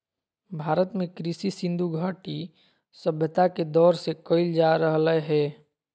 भारत में कृषि सिन्धु घटी सभ्यता के दौर से कइल जा रहलय हें